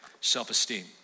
self-esteem